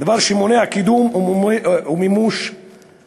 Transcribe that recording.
דבר שמונע קידום ומימוש של